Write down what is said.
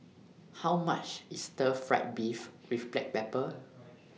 How much IS Stir Fried Beef with Black Pepper